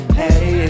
hey